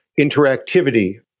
interactivity